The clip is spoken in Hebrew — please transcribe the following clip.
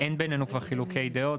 אין בינינו כבר חילוקי דעות.